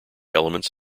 elements